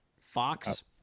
Fox